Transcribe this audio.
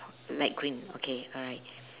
light green okay alright